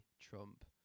Trump